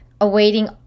awaiting